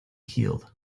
healed